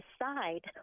decide